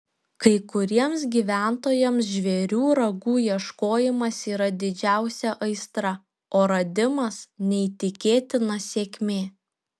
kai kuriems gyventojams žvėrių ragų ieškojimas yra didžiausia aistra o radimas neįtikėtina sėkmė